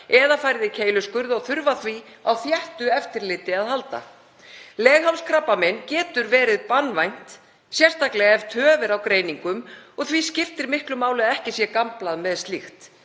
eða farið í keiluskurð og þurfa því á þéttu eftirliti að halda. Leghálskrabbamein getur verið banvænt, sérstaklega ef töf er á greiningum, og því skiptir miklu máli að ekki sé gamblað með slíkt,